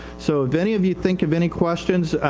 so if any of you think of any questions, ah,